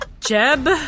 Jeb